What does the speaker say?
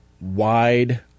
wide